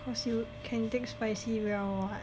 cause you can take spicy well [what]